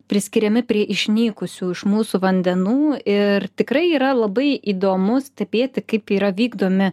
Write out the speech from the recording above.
priskiriami prie išnykusių iš mūsų vandenų ir tikrai yra labai įdomu stebėti kaip yra vykdomi